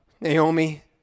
Naomi